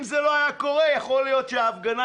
אם זה לא היה קורה יכול להיות שההפגנות